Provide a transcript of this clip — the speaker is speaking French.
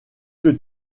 que